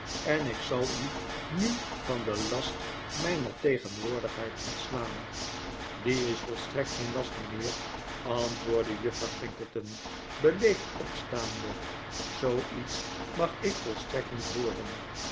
en ik zal unu van den last myner tegenwoordigheid ontslaan die is volstrekt geen last mynheer antwoordde juffrouw twinkleton beleefd opstaande zoo iets mag ik volstrekt niet hooreri